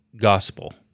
gospel